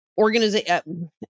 organization